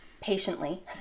patiently